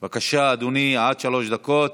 בבקשה, אדוני, עד שלוש דקות.